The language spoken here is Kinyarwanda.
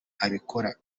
abikora